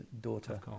daughter